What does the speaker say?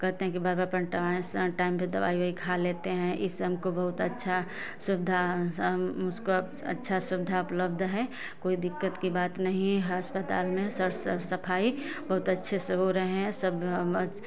कहते हैं कि बार बार अपन टाइ स टाइम पर दवाई उवाई खा लेते हैं इस से हमको बहुत अच्छा सुविधा अच्छा सुविधा उपलब्ध है कोई दिक्कत की बात नहीं अस्पताल में सर साफ सफाई बहुत अच्छे से हो रहे हैं सब